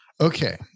Okay